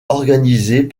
organisées